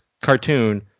cartoon